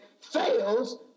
fails